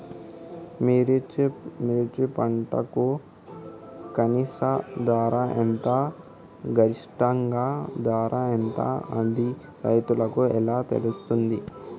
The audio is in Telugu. మిర్చి పంటకు కనీస ధర ఎంత గరిష్టంగా ధర ఎంత అది రైతులకు ఎలా తెలుస్తది?